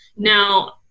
Now